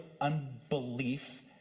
unbelief